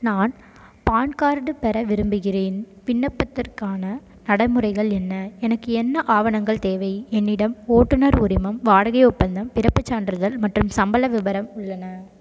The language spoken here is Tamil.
நான் பான் கார்டு பெற விரும்புகின்றேன் விண்ணப்பத்திற்கான நடைமுறைகள் என்ன எனக்கு என்ன ஆவணங்கள் தேவை என்னிடம் ஓட்டுநர் உரிமம் வாடகை ஒப்பந்தம் பிறப்புச் சான்றிதழ் மற்றும் சம்பள விபரம் உள்ளன